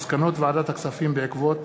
מסקנות ועדת הכספים בעקבות